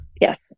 Yes